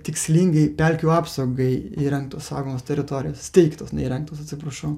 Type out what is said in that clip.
tikslingai pelkių apsaugai įrengtos saugomos teritorijos steigtos ne įrengtos atsiprašau